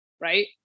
right